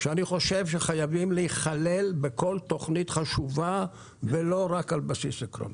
שאני חושב שחייבות להיכלל בכל תוכנית חשובה ולא רק על בסיס עקרונות.